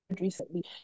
recently